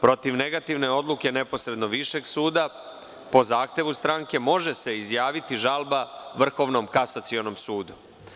Protiv negativne odluke, neposredno višeg suda, po zahtevu stranke, može se izjaviti žalba Vrhovnom kasacionom sudu.